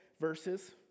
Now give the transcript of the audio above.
verses